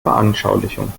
veranschaulichung